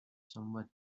somewhat